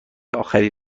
آخری